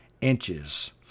inches